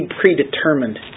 predetermined